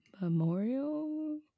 Memorial